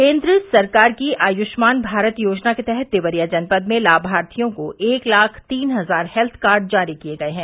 केन्द्र सरकार की आयुष्मान भारत योजना के तहत देवरिया जनपद में लामार्थियों को एक लाख तीन हजार हेल्थ कार्ड जारी किये गये हैं